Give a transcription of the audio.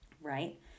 Right